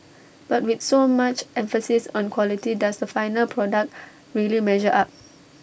but with so much emphasis on quality does the final product really measure up